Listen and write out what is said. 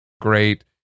great